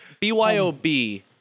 BYOB